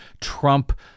Trump